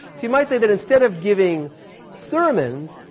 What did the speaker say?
so you might say that instead of giving sermons,